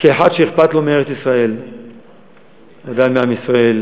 כאחד שאכפת לו מארץ-ישראל ומעם ישראל